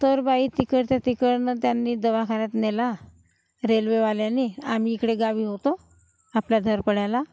तर बाई तिकडच्या तिकडनं त्यांनी दवाखान्यात नेला रेल्वेवाल्यानी आम्ही इकडे गावी होतो आपल्या घरपाड्याला